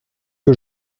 que